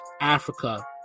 Africa